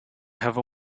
have